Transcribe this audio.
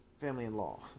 Family-in-law